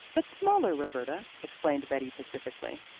but smaller, roberta, explained betty pacifically.